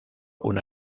una